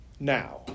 now